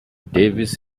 davis